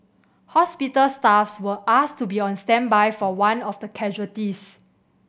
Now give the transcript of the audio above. hospital staffs were asked to be on standby for one of the casualties